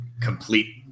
complete